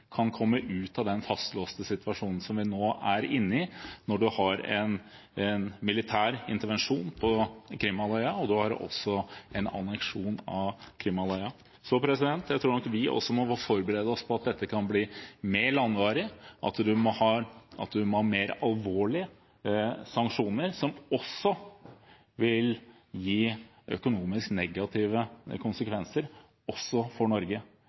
kan komme ut av den fastlåste situasjonen som vi nå er inne i, når man har en militær intervensjon på Krim-halvøya og også en anneksjon av Krim-halvøya. Så jeg tror nok vi også må forberede oss på at dette kan bli mer langvarig, at man må ha mer alvorlige sanksjoner som også vil gi økonomisk negative konsekvenser, også for Norge.